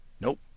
Nope